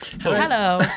hello